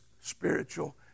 spiritual